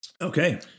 Okay